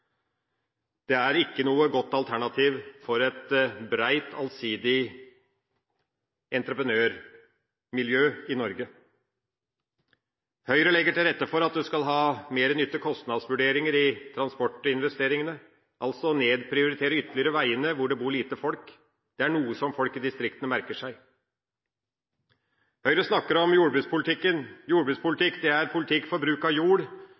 Det er ikke noe godt alternativ for et bredt, allsidig entreprenørmiljø i Norge. Høyre legger til rette for at man skal ha mer nytte–kostnadsvurderinger i transportinvesteringene, altså nedprioritere veiene ytterligere der hvor det bor lite folk. Det er noe som folk i distriktene merker seg. Høyre snakker om jordbrukspolitikken. Jordbrukspolitikk er politikk for bruk av jord.